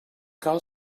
cal